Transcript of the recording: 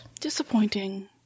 Disappointing